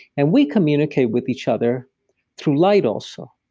and we communicate with each other through light also.